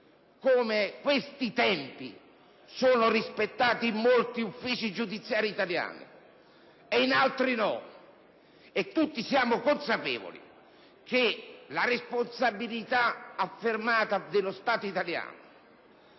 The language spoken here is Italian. come questi tempi sono rispettati in molti uffici giudiziari italiani e in altri no, e tutti siamo consapevoli che la responsabilità affermata dello Stato italiano